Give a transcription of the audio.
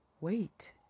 wait